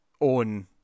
own